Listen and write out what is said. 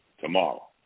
tomorrow